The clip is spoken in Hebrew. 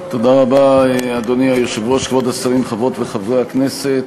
הודעה שנייה: אדוני היושב-ראש, חברי הכנסת,